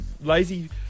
lazy